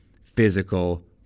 physical